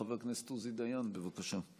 חבר הכנסת עוזי דיין, בבקשה.